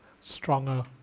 stronger